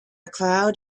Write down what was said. cloud